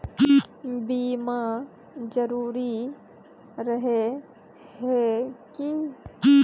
बीमा जरूरी रहे है की?